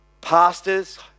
pastors